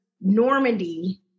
Normandy